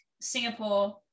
Singapore